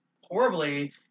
horribly